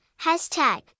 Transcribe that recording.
hashtag